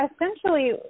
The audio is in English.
essentially